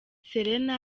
serena